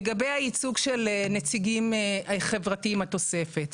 לגבי הייצוג של נציגים חברתיים, התוספת.